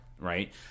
right